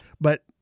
but-